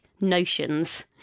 notions